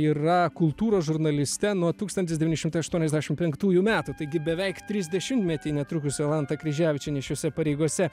yra kultūros žurnaliste nuo tūkstantis devyni šimtai aštuoniasdešim penktųjų metų taigi beveik trisdešimtmetį netrukus jolanta kryževičienė šiose pareigose